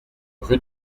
rue